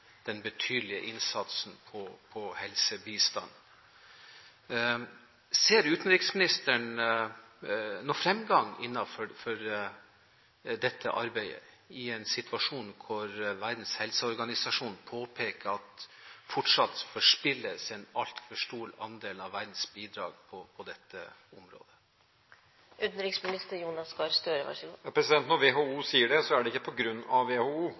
den betydelige innsatsen på helsebistand. Ser utenriksministeren noen fremgang innenfor dette arbeidet, i en situasjon hvor Verdens helseorganisasjon påpeker at fortsatt forspilles en altfor stor andel av verdens bidrag på dette området? Når WHO sier det, er det ikke på grunn av WHO, men i hovedsak på grunn av den vanskelige oppfølgingen på landnivå. Det